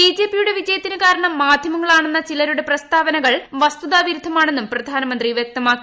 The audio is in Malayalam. ബി ജെ പിയുടെ വിജയത്തിന് കാരണം മാധ്യമങ്ങളാണെന്ന ചിലരുടെ പ്രസ്താവനകൾ വസ്തുതാവിരുദ്ധമാണെന്നും പ്രധാനമന്ത്രി വൃക്തമാക്കി